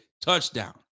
Touchdown